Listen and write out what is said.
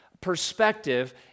perspective